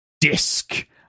disc